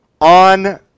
on